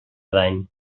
dany